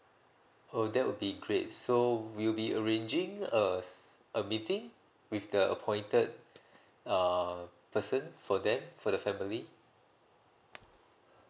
oh that would be great so will be arranging a a meeting with the appointed uh person for them for the family